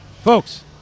Folks